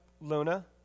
Luna